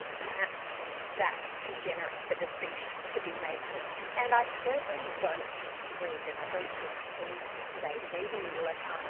perhaps that's too generous a distinction to be making, and i certainly don't read and i don't think anyone today reading lacan, um